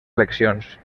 eleccions